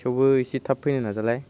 थेवबो एसे थाब फैनो नाजालाय